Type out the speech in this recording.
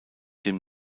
dem